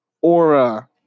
aura